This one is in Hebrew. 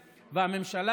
והממשלה,